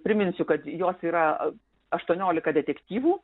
priminsiu kad jos yra aštuoniolika detektyvų